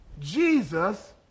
Jesus